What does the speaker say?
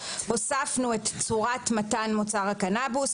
הוספנו את צורת מתן מוצר הקנבוס,